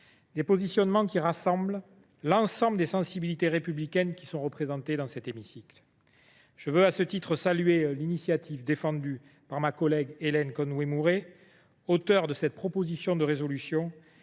des positionnements qui rassemblent l’ensemble des sensibilités républicaines représentées dans cet hémicycle. Je veux, à cet égard, saluer l’initiative défendue par ma collègue Hélène Conway Mouret, auteure de cette proposition de résolution,